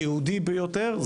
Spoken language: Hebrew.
הייעודי ביותר,